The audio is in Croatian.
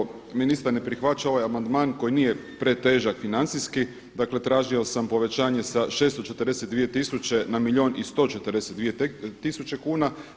Žao mi je što ministar ne prihvaća ovaj amandman koji nije pretežak financijski, dakle tražio sam povećanje sa 642 tisuće na milijun i 142 tisuće kuna.